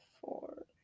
four